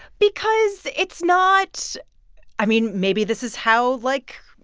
because it's not i mean, maybe this is how, like,